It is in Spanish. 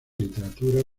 literatura